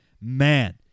man